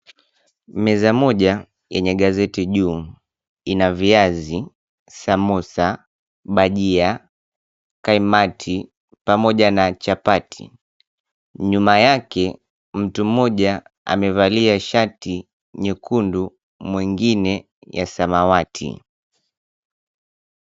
Meza moja yenye gazeti juu ina viazi, samosa, bajia, kaimati pamoja na chapati. Nyuma yake mtu mmoja amevalia shati nyekundu, mwengine ya samawati.